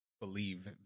believe